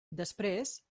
després